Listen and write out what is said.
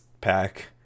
pack